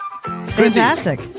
Fantastic